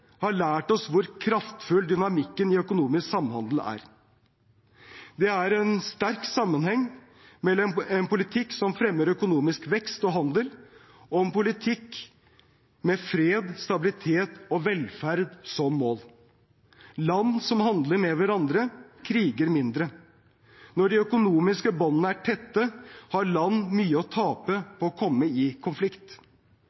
har lært oss hvor kraftfull dynamikken i økonomisk samhandel er. Det er en sterk sammenheng mellom en politikk som fremmer økonomisk vekst og handel, og en politikk med fred, stabilitet og velferd som mål. Land som handler med hverandre, kriger mindre. Når de økonomiske båndene er tette, har land mye å